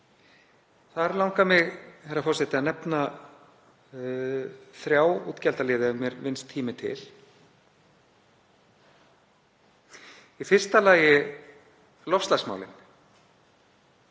Þar langar mig að nefna þrjá útgjaldaliði ef mér vinnst tími til: Í fyrsta lagi loftslagsmálin.